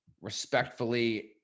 respectfully